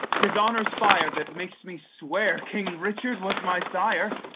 tis honor's fire that makes me swear king richard was my sire.